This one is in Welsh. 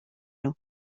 nhw